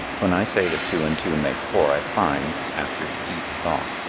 when i say that two and two make four i find, after deep thought,